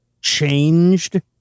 changed